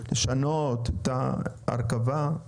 לשנות את ההרכבה?